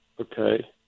Okay